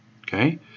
Okay